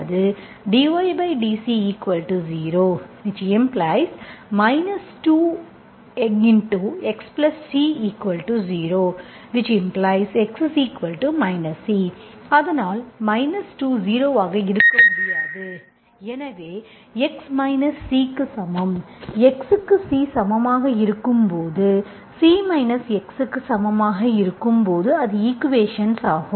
dydC0⇒ 2xC0⇒x C அதனால் 2 0 ஆக இருக்க முடியாது எனவே x மைனஸ் C க்கு சமம் x க்கு C சமமாக இருக்கும்போது C மைனஸ் x க்கு சமமாக இருக்கும்போது அது ஈக்குவேஷன்ஸ் ஆகும்